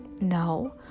No